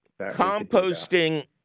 composting